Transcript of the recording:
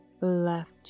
left